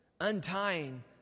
untying